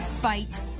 fight